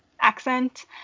accent